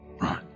Right